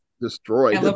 Destroyed